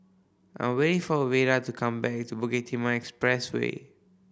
I'm waiting for Veda to come back to Bukit Timah Expressway